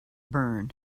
burn